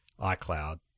iCloud